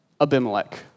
Abimelech